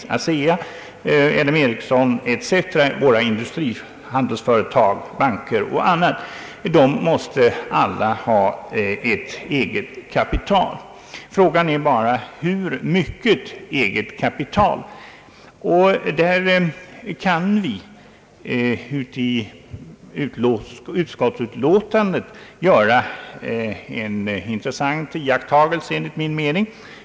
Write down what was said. M. Ericsson, våra handelsföretag, banker och andra? De måste alla ha ett eget kapital. Frågan är bara: hur mycket eget kapital? I utskottsutlåtandet kan vi enligt min mening göra en intressant iakttagelse.